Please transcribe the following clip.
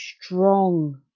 strong